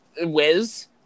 Wiz